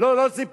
לא, לא סיפור.